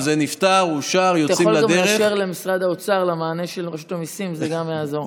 זה נפתר, אושר, יוצאים לדרך.